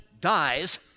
dies